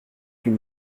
huit